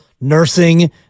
nursing